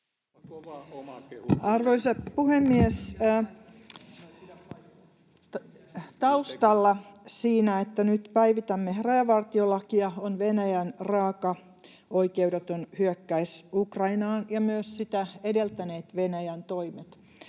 Arvoisa puhemies! Taustalla siinä, että nyt päivitämme rajavar-tiolakia, on Venäjän raaka, oikeudeton hyökkäys Ukrainaan ja myös sitä edeltäneet Venäjän toimet.